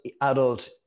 adult